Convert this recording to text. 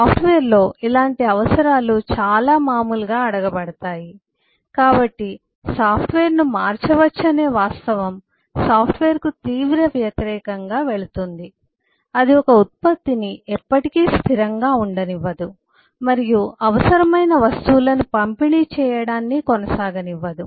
సాఫ్ట్వేర్లో ఇలాంటి అవసరాలు చాలా మామూలుగా అడుగబడతాయి కాబట్టి సాఫ్ట్వేర్ను మార్చవచ్చనే వాస్తవం సాఫ్ట్వేర్కు తీవ్ర వ్యతిరేకంగా వెళుతుంది అది ఒక ఉత్పత్తిని ఎప్పటికీ స్థిరంగా ఉండనివ్వదు మరియు అవసరమైన వస్తువులను పంపిణీ చేయడాన్ని కొనసాగనివ్వదు